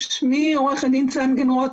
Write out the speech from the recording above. שמי עורכת דין צנגן-רוט,